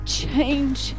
change